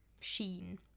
sheen